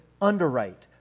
underwrite